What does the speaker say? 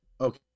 okay